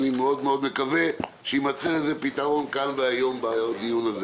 אני מקווה שיימצא לכך פתרון בדיון זה.